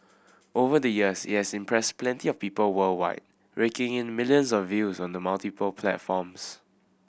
over the years it has impressed plenty of people worldwide raking in millions of views on the multiple platforms